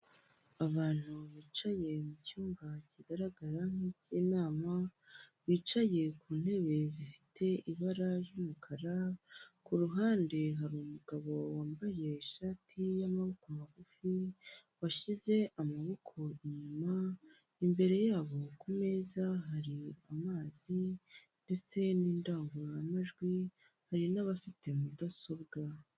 Abantu bicaye mu cyumba kigaragara nkik'inama bicaye ku ntebe zifite ibara ry'umukara, ku ruhande hari umugabo wambaye ishati y'amaboko magufi washyize amaboko inyuma, imbere yabo kumeza hari amazi ndetse n'indangururamajwi, hari n'abafite mudasobwa.